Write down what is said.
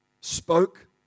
spoke